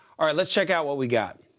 ah let's check out what we got,